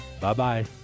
Bye-bye